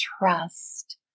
trust